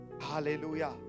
hallelujah